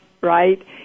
right